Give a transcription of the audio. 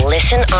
Listen